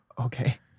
okay